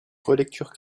relecture